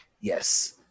yes